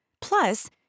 Plus